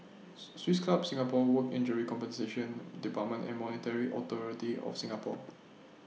Swiss Club Singapore Work Injury Compensation department and Monetary Authority of Singapore